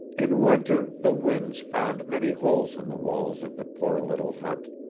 in winter the winds found many holes in the walls of the poor little hut,